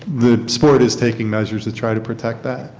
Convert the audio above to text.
the sport is taking measures to try to protect that.